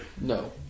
No